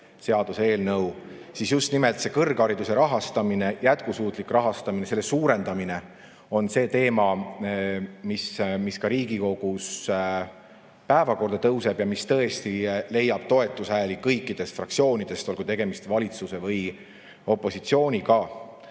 seaduse eelnõu, siis just nimelt kõrghariduse rahastamine, jätkusuutlik rahastamine, selle suurendamine on teema, mis ka Riigikogus päevakorda tõuseb ja mis tõesti leiab toetushääli kõikidest fraktsioonidest, olgu tegemist valitsuse või opositsiooniga.